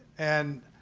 and